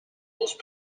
most